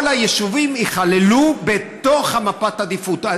כל היישובים ייכללו בתוך מפת העדיפות.